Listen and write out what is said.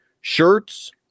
shirts